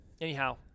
anyhow